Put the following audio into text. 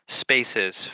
spaces